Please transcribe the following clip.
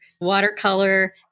watercolor